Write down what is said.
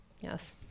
Yes